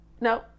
no